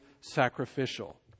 sacrificial